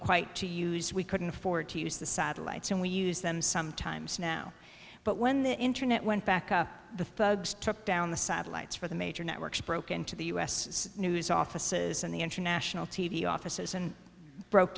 quite to use we couldn't afford to use the satellites and we use them sometimes now but when the internet went back up the thugs took down the satellites for the major networks broke into the us news offices and the international t v offices and broke